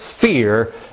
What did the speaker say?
fear